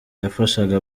yafashaga